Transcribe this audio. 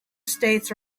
states